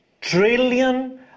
trillion